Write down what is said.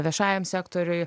viešajam sektoriui